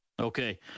Okay